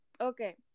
okay